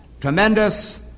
tremendous